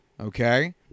Okay